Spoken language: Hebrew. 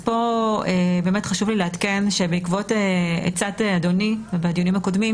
פה חשוב לי לעדכן שבעקבות עצת אדוני בדיונים הקודמים